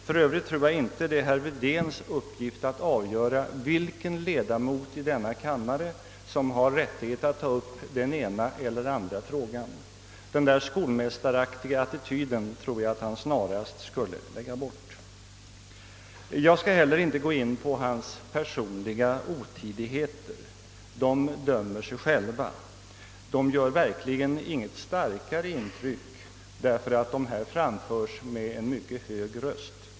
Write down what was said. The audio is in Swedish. För Övrigt tror jag inte det är herr Wedéns uppgift att avgöra vilken ledamot av riksdagen som har rättighet att ta upp den ena eller andra frågan. Den där skolmästaraktiga attityden tycker jag att herr Wedén snarast skulle lägga bort. Jag skall heller inte gå in på herr Wedéns personliga otidigheter. De dömer sig själva. Och de gör verkligen inget starkare intryck därför att de framförs med en mycket hög röst.